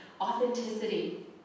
Authenticity